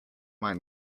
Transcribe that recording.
mind